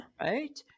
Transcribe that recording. Right